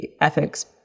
ethics